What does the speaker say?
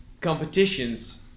competitions